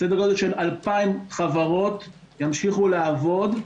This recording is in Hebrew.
סדר גודל של 2,000 חברות ימשיכו לעבוד,